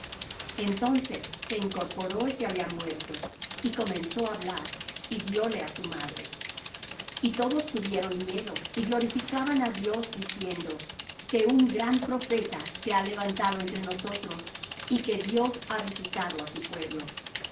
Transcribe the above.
entonces se incorporó el que había muerto y comenzó á hablar y dióle á su madre y todos tuvieron miedo y glorificaban á dios diciendo que un gran profeta se ha levantado entre nosotros y que dios ha visitado á su pueblo